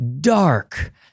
dark